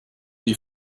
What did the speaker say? die